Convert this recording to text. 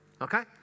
Okay